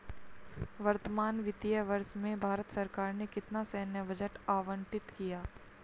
वर्तमान वित्तीय वर्ष में भारत सरकार ने कितना सैन्य बजट आवंटित किया?